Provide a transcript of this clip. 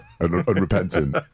unrepentant